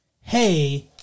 hey